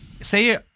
say